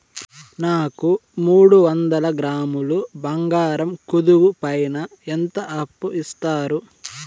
నాకు మూడు వందల గ్రాములు బంగారం కుదువు పైన ఎంత అప్పు ఇస్తారు?